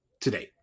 today